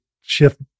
shift